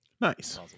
Nice